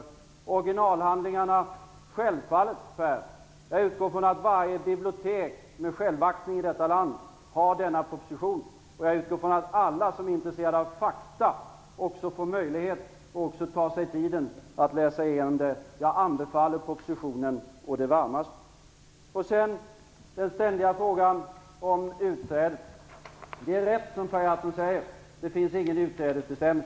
Vad gäller originalhandlingarna utgår jag självfallet, Per Gahrton, från att varje bibliotek med självaktning i vårt land har denna proposition, och jag utgår från att alla som är intresserade av fakta får möjlighet och tar sig tid att läsa igenom den. Jag anbefaller propositionen på det varmaste. Så till den ständiga frågan om utträdet. Det är rätt, som Per Gahrton säger, att det inte finns någon utträdesbestämmelse.